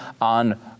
on